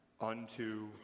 unto